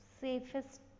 safest